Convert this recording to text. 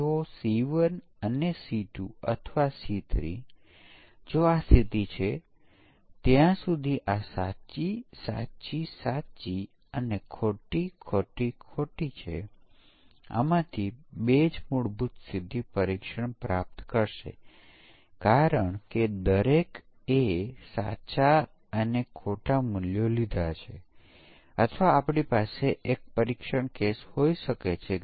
જેમાં તમે જોઈ શકશો કે તમારી પાસે સમાનતા વર્ગો ડિઝાઇન કરવાની આવડત છે કે કેમ અને યુનિટ કે જે પરીક્ષણ હેઠળ છે તેના આધારે ઘણી વખત સમકક્ષ વર્ગોની રચના કરવી ખૂબ જ પડકારજનક હોઈ શકે છે